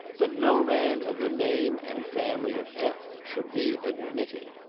that no man of the name and family of f. should be admitted.